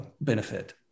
benefit